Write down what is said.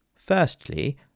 Firstly